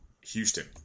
Houston